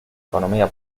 economía